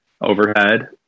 overhead